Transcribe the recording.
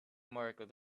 marked